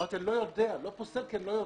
אמרתי שאני לא פוסל כי אני לא יודע.